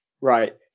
right